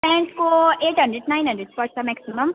प्यान्टको eight hundred nine hundred पर्छ maximum